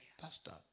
Pastor